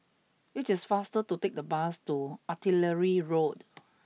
it is faster to take the bus to Artillery Road